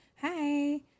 hi